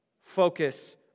focus